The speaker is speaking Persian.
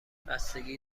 بستگی